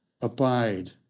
abide